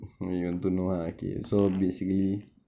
yes